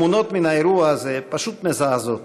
התמונות מן האירוע הזה פשוט מזעזעות,